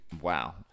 Wow